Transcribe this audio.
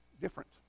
different